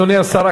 אדוני השר,